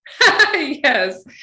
Yes